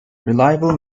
reliable